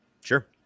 Sure